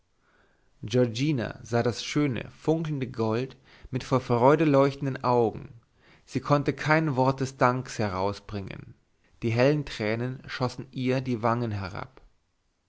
giorgina sah das schöne funkelnde gold mit vor freude leuchtenden augen sie konnte kein wort des danks herausbringen die hellen tränen schossen ihr die wangen herab